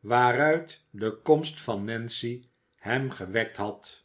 waaruit de komst van nancy hem gewekt had